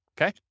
Okay